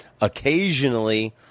occasionally